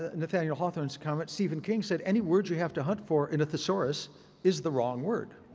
ah and nathanial hawthorne's comments, stephen king said any words you have to hunt for in a thesaurus is the wrong word.